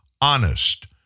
honest